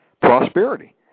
Prosperity